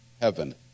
heaven